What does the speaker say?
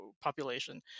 population